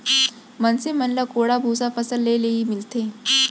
मनसे मन ल कोंढ़ा भूसा फसल ले ही मिलथे